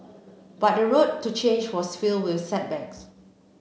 but the road to change was filled with setbacks